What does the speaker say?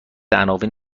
عناوین